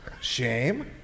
Shame